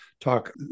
talk